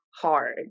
hard